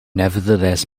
nevertheless